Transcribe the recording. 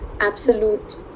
absolute